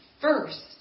first